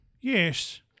Yes